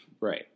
right